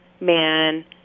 man